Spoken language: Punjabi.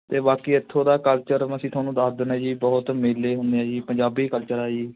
ਅਤੇ ਬਾਕੀ ਇੱਥੋਂ ਦਾ ਕਲਚਰ ਅਸੀਂ ਤੁਹਾਨੂੰ ਦੱਸ ਦਿੰਦੇ ਜੀ ਬਹੁਤ ਮੇਲੇ ਹੁੰਦੇ ਆ ਜੀ ਪੰਜਾਬੀ ਕਲਚਰ ਆ ਜੀ